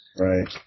Right